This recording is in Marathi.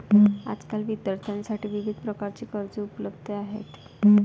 आजकाल विद्यार्थ्यांसाठी विविध प्रकारची कर्जे उपलब्ध आहेत